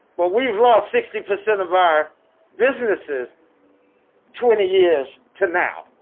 but we've lost sixty percent of our businesses twenty years to now.